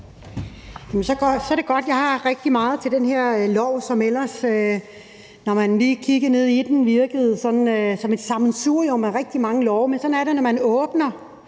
så er det godt, at jeg har rigtig meget til det her lovforslag, som ellers, når man lige kigger ned i det, virker sådan som et sammensurium af rigtig mange lovforslag, men sådan er det: Når man åbner